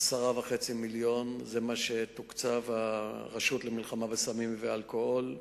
10.5 מיליון זה מה שתוקצב לרשות ללוחמה בסמים ובאלכוהול.